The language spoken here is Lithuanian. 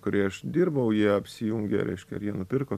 kurioj aš dirbau jie apsijungė reiškia ir jie nupirko